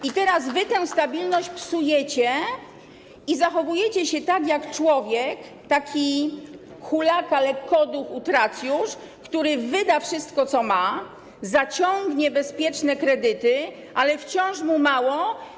I teraz wy tę stabilność psujecie i zachowujecie się tak jak człowiek, taki hulaka, lekkoduch, utracjusz - który wyda wszystko, co ma, zaciągnie bezpieczne kredyty, ale wciąż mu mało.